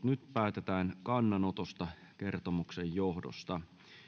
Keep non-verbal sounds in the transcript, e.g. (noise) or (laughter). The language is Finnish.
(unintelligible) nyt päätetään kannanotosta kertomuksen johdosta